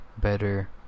better